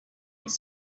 its